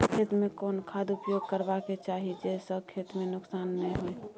खेत में कोन खाद उपयोग करबा के चाही जे स खेत में नुकसान नैय होय?